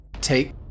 take